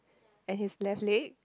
and his left leg